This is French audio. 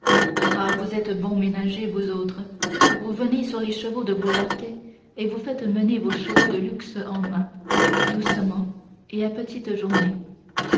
ah vous êtes bons ménagers vous autres vous venez sur les chevaux de vos laquais et vous faites mener vos chevaux de luxe en main doucement et à petites journées